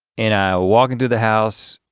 and i walk into the house,